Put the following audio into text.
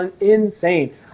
insane